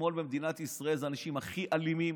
השמאל במדינת ישראל זה האנשים הכי אלימים,